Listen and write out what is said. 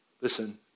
Listen